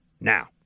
Now